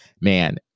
man